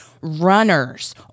runners